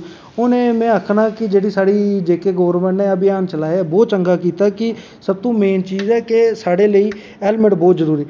शीशा हून में आक्खना जेह्का साढ़ी गौरमैंट नै अभियान चलाया ऐ बौह्त चंगा कीता ऐ कि सब तो मेन चीज ऐ कि साढ़े लेई हैल्मट बौह्त जरूरी ऐ